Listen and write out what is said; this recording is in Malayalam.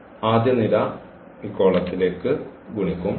ഈ ആദ്യ നിര ഈ കോളത്തിലേക്ക് ഗുണിക്കും